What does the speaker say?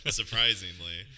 surprisingly